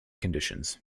conditions